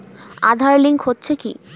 Aadhaar link হচ্ছে কি?